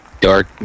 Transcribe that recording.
dark